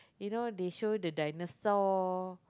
you know they show the dinosaur